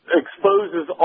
exposes